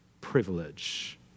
privilege